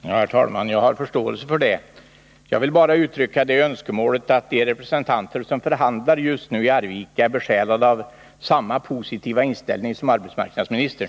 Herr talman! Jag har förståelse för det. Jag vill bara uttrycka det önskemålet att de representanter som just nu förhandlar i Arvika är besjälade av samma positiva inställning som arbetsmarknadsministern.